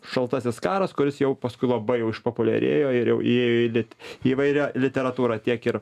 šaltasis karas kuris jau paskui labai jau išpopuliarėjo ir jau įėjo į įvairią literatūrą tiek ir